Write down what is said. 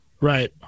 Right